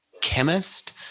chemist